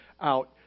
out